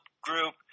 group